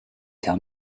tell